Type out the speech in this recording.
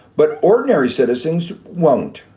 but ordinary citizens won't.